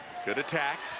good attack